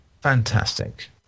Fantastic